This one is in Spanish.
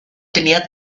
tenía